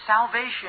salvation